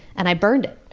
and i burned it.